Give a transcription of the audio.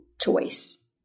choice